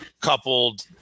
coupled